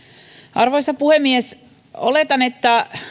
arvoisa puhemies oletan että